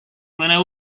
mõne